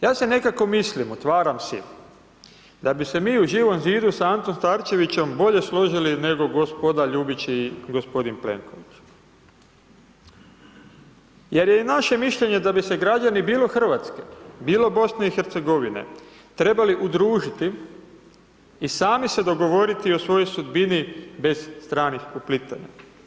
Ja si nekako mislim, otvaram si, da bi se mi u Živom zidu s Antom Starčevićem bolje složili nego gospoda Ljubić i gospodin Plenković jer je i naše mišljenje da bi se građani, bilo Hrvatske, bilo BiH trebali udružiti i sami se dogovoriti o svojoj sudbini bez stranih uplitanja.